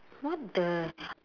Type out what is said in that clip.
what the